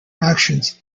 actions